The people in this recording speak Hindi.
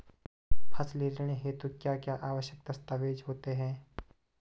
फसली ऋण हेतु क्या क्या आवश्यक दस्तावेज़ होते हैं?